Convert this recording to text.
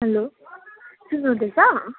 hello सुन्नुहुँदैछ